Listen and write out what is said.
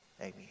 Amen